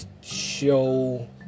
show